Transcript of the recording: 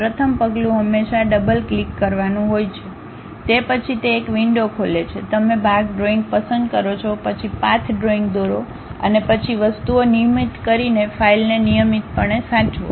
પ્રથમ પગલું હંમેશાં ડબલ ક્લિક કરવાનું હોય છે તે પછી તે એક વિંડો ખોલે છે તમે ભાગ ડ્રોઇંગ પસંદ કરો છો પછી પાથ ડ્રોઇંગ દોરો અને પછી વસ્તુઓ નિયમિત કરીને ફાઇલને નિયમિતપણે સાચવો